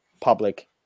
public